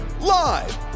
live